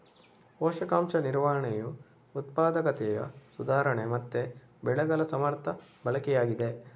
ಪೋಷಕಾಂಶ ನಿರ್ವಹಣೆಯು ಉತ್ಪಾದಕತೆಯ ಸುಧಾರಣೆ ಮತ್ತೆ ಬೆಳೆಗಳ ಸಮರ್ಥ ಬಳಕೆಯಾಗಿದೆ